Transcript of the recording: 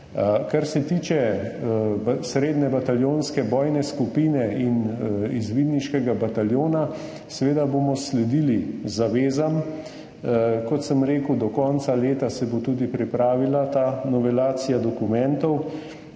Kar se tiče srednje bataljonske bojne skupine in izvidniškega bataljona, bomo seveda sledili zavezam. Kot sem rekel, se bo do konca leta tudi pripravila ta novelacija dokumentov